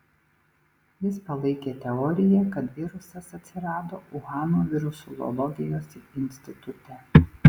jis palaikė teoriją kad virusas atsirado uhano virusologijos institute